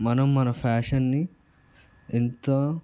మనం మన ఫ్యాషన్ని ఎంత